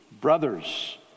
brothers